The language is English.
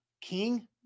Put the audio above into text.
king